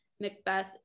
Macbeth